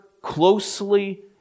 closely